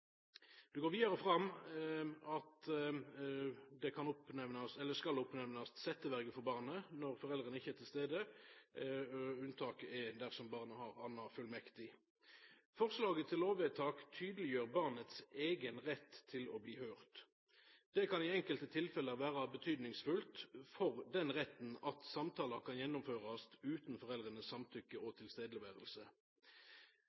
går vidare fram at det skal oppnemnast setjeverje for barnet når foreldra ikkje er til stades, unntaket er dersom barnet har annan fullmektig. Forslaget til lovvedtak tydeliggjer barnet sin eigen rett til å bli høyrt. Det kan i enkelte tilfelle vera viktig ut frå den retten at samtalen kan gjennomførast utan foreldra sitt samtykke, og